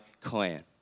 clan